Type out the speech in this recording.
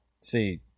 See